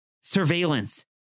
surveillance